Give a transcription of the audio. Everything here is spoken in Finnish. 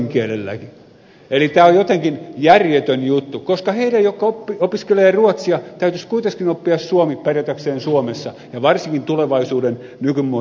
eli tämä on jotenkin järjetön juttu koska heidän jotka opiskelevat ruotsia täytyisi kuitenkin oppia suomi pärjätäkseen suomessa ja varsinkin tulevaisuuden nykymuotoisessa suomessa